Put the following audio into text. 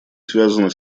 связаны